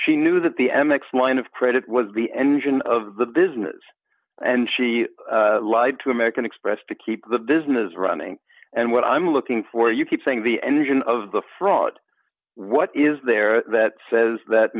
she knew that the m x line of credit was the engine of the business and she lied to american express to keep the business running and what i'm looking for you keep saying the engine of the fraud what is there that says that